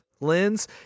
lens